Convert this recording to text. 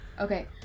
Okay